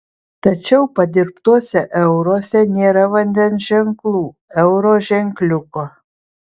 tačiau padirbtuose euruose nėra vandens ženklų euro ženkliuko